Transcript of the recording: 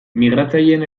migratzaileen